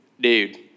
dude